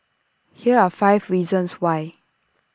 here are five reasons why